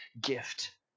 gift